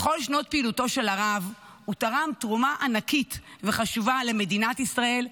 בכל שנות פעילותו של הרב הוא תרם תרומה ענקית וחשובה למדינת ישראל,